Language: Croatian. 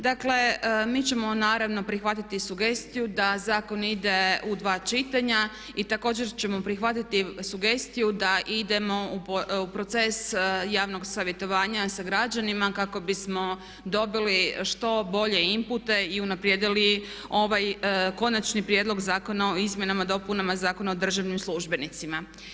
Dakle, mi ćemo naravno prihvatiti sugestiju da zakon ide u dva čitanja i također ćemo prihvatiti sugestiju da idemo u proces javnog savjetovanja sa građanima kako bismo dobili što bolje impute i unaprijedili ovaj konačni prijedlog Zakona o izmjenama i dopunama Zakona o državnim službenicima.